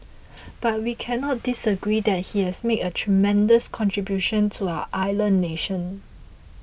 but we cannot disagree that he has made a tremendous contribution to our island nation